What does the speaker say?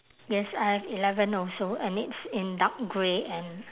yes I have eleven also and it's in dark grey and